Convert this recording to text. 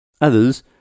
Others